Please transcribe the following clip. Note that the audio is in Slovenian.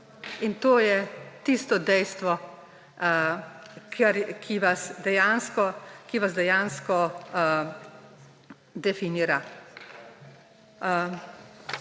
In to je tisto dejstvo, ki vas dejansko definira.